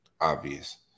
obvious